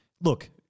look